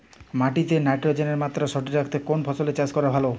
মাটিতে নাইট্রোজেনের মাত্রা সঠিক রাখতে কোন ফসলের চাষ করা ভালো?